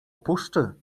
puszczy